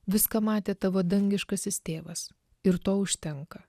viską matė tavo dangiškasis tėvas ir to užtenka